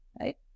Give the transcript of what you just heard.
right